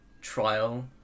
trial